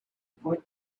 point